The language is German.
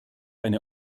eine